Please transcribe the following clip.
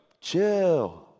chill